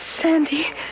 Sandy